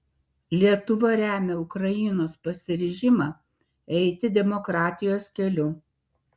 lietuva remia ukrainos pasiryžimą eiti demokratijos keliu